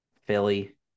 Philly